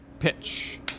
Pitch